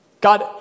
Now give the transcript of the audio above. God